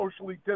socially